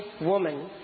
woman